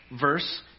verse